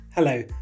Hello